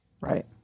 Right